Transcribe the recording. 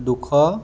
দুশ